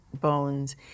bones